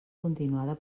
continuada